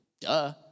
Duh